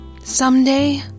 Someday